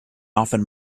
often